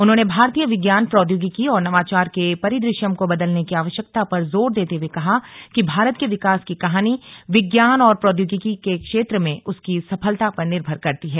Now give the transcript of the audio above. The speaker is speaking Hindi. उन्होंने भारतीय विज्ञान प्रौद्योगिकी और नवाचार के परिदृश्यं को बदलने की आवश्यकता पर जोर देते हुए कहा कि भारत के विकास की कहानी विज्ञान और प्रौद्योगिकी के क्षेत्र में उसकी सफलता पर निर्भर करती है